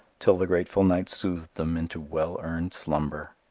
till the grateful night soothed them into well-earned slumber.